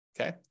okay